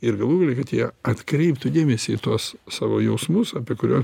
ir galų gale kad jie atkreiptų dėmesį į tuos savo jausmus apie kurio